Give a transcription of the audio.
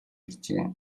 иржээ